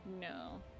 No